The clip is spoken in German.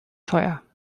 teuer